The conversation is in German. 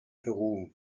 peru